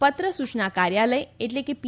પત્ર સૂચના કાર્યાલય એટ લે કે પી